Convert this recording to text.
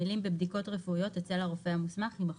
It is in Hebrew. המילים "בבדיקות רפואיות אצל הרופא המוסמך ו" -יימחקו.